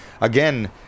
again